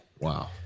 Wow